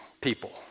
people